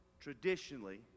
traditionally